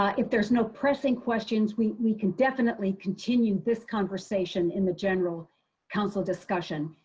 ah if there's no pressing questions we we can definitely continue this conversation in the general council discussion.